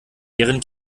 deren